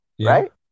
Right